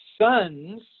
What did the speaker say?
Sons